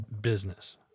business